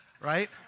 right